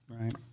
Right